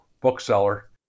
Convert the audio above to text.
bookseller